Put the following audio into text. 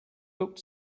looked